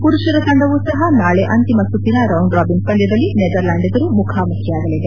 ಪುರುಷರ ತಂಡವೂ ಸಹ ನಾಳೆ ಅಂತಿಮ ಸುತ್ತಿನ ರೌಂಡ್ ರಾಬಿನ್ ಪಂದ್ಯದಲ್ಲಿ ನೆದರ್ಲ್ಲಾಂಡ್ ಎದುರು ಮುಖಾಮುಖಿಯಾಗಲಿದೆ